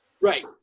Right